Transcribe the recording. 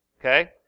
Okay